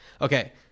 Okay